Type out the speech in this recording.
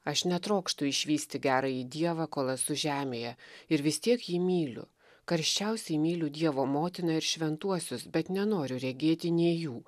aš netrokštu išvysti gerąjį dievą kol esu žemėje ir vis tiek jį myliu karščiausiai myliu dievo motiną ir šventuosius bet nenoriu regėti nei jų